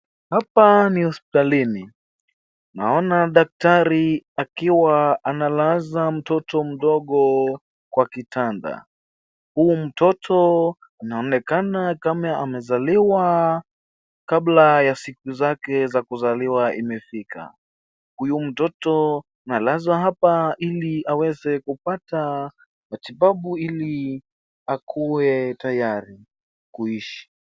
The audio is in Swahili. Hapa ni hospitalini, naona daktari akiwa analaza mtoto mdogo kwa kitanda. Huyu mtoto anaonekana kama amezaliwa kabla ya siku zake za kuzaliwa imefika. Huyu mtoto analazwa hapa ili aweze kupata matibabu ili akuwe tayari kuishi.